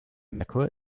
merkur